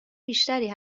بیشتری